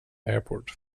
airport